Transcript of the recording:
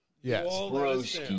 Yes